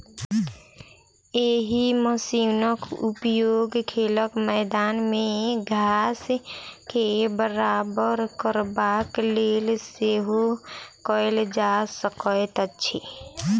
एहि मशीनक उपयोग खेलक मैदान मे घास के बराबर करबाक लेल सेहो कयल जा सकैत अछि